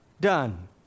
Done